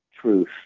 truth